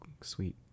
sweet